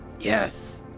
Yes